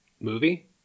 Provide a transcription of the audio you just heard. Movie